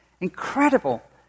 Incredible